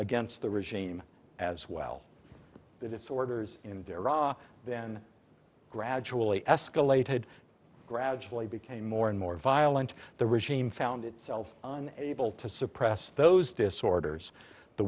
against the regime as well that its orders in iraq then gradually escalated gradually became more and more violent the regime found itself on able to suppress those disorders the